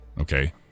Okay